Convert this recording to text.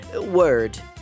word